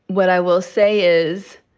what i will say is